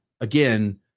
again